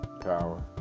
power